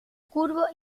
curvo